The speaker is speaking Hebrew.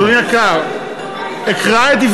אתה האחרון, תסלח לי, אל תטיף לי.